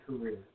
career